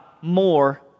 more